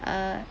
uh